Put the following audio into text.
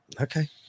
okay